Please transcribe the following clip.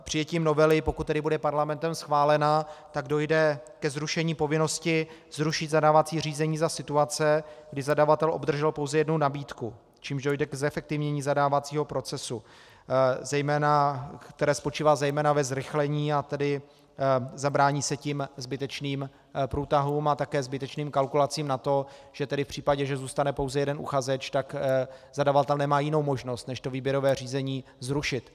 Přijetím novely, pokud tedy bude Parlamentem schválena, dojde ke zrušení povinnosti zrušit zadávací řízení za situace, kdy zadavatel obdržel pouze jednu nabídku, čímž dojde k zefektivnění zadávacího procesu, které spočívá zejména ve zrychlení, a tedy zabrání se tím zbytečným průtahům a také zbytečným kalkulacím na to, že v případě, že zůstane pouze jeden uchazeč, tak zadavatel nemá jinou možnost než výběrové řízení zrušit.